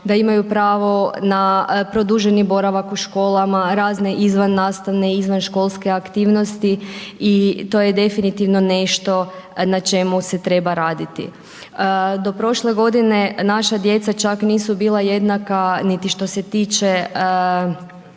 da imaju pravo na produženi boravak u školama, razne izvannastavne i izvanškolske aktivnosti i to je definitivno nešto na čemu se treba raditi. Do prošle godine, naša djeca čak nisu bila jednaka niti što se tiče